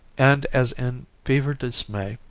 and as in fevered dismay,